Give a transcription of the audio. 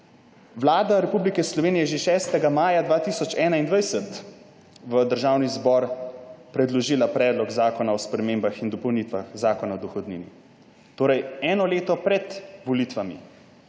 Vlada Republike Slovenije je že 6. maja 2021 v Državni zbor predložila Predlog zakona o spremembah in dopolnitvah Zakona o dohodnini. Torej eno leto pred volitvami.